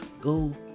Go